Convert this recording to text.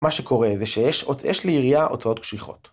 ‫מה שקורה זה שיש לעירייה ‫הוצאות קשיחות.